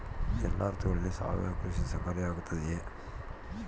ಎಲ್ಲ ಋತುಗಳಲ್ಲಿ ಸಾವಯವ ಕೃಷಿ ಸಹಕಾರಿಯಾಗಿರುತ್ತದೆಯೇ?